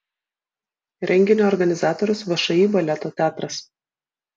renginio organizatorius všį baleto teatras